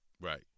right